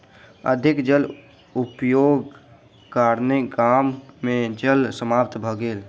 अधिक जल उपयोगक कारणेँ गाम मे जल समाप्त भ गेल